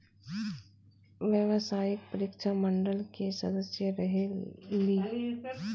व्यावसायिक परीक्षा मंडल के सदस्य रहे ली?